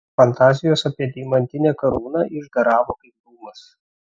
fantazijos apie deimantinę karūną išgaravo kaip dūmas